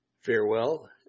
farewell